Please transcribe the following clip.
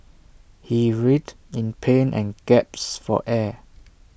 he writhed in pain and gasped for air